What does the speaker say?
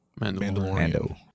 mandalorian